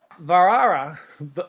Varara